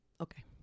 okay